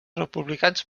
republicans